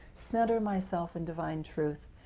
center myself in divine truth,